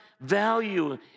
value